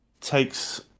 takes